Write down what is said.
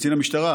קצין המשטרה,